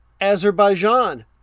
Azerbaijan